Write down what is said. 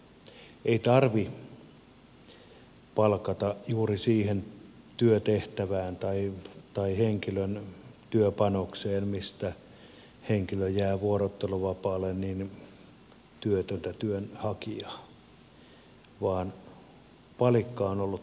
ei tarvitse palkata juuri siihen työtehtävään tai henkilön työpanokseen mistä henkilö jää vuorotteluvapaalle työtöntä työnhakijaa vaan palikka on ollut tosi liikkuva